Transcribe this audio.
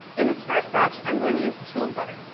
in this first batch i'm going to use chilled butter.